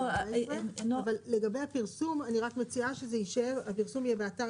אבל לגבי הפרסום אני רק מציעה שהפרסום יהיה באתר